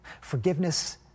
Forgiveness